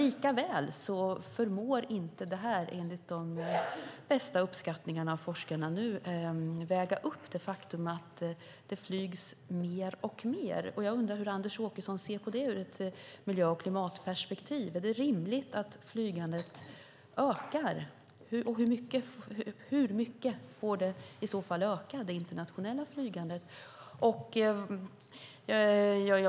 Likväl förmår inte detta, enligt bästa uppskattningar från forskarna, uppväga det faktum att det flygs mer och mer. Jag undrar hur Anders Åkesson i ett miljö och klimatperspektiv ser på det. Är det rimligt att flygandet ökar? Och hur mycket går det i så fall att öka det internationella flygandet?